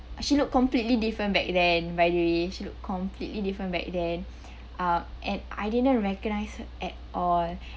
she looked completely different back then by the way she look completely different back then uh and I didn't recognise her at all